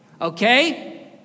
okay